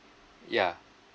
ya